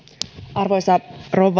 arvoisa rouva